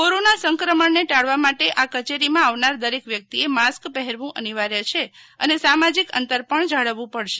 corona સંક્રમણ ને ટાળવા માટે આ કચેરી માં આવનાર દરેક વ્યકિતએ માસ્ક પહેરવું અનિવાર્ય છે અને સામાજિક અંતર પણ જાળવવું પડશે